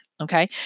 okay